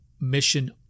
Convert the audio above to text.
mission